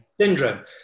syndrome